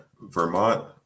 Vermont